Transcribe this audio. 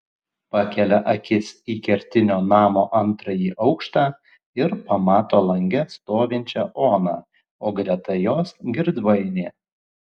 pakelia akis į kertinio namo antrąjį aukštą ir pamato lange stovinčią oną o greta jos girdvainį